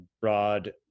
broad